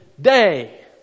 day